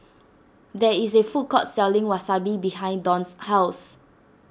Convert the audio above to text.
there is a food court selling Wasabi behind Don's house